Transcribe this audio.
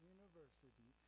University